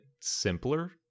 simpler